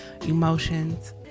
emotions